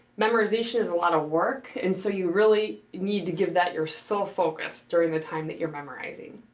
memorization is a lot of work and so you really need to give that your sole focus during the time that you're memorizing.